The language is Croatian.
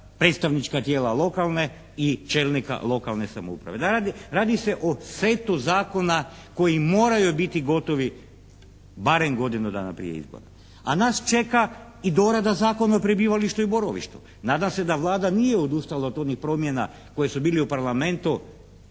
predstavnička tijela lokalne i čelnika lokalne samouprave. Radi se o setu zakona koji moraju biti gotovi barem godinu dana prije izbora. A nas čeka i dorada Zakona o prebivalištu i boravištu. Nadam se da Vlada nije odustala od onih promjena koje su bile u Parlamentu,